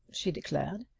she declared.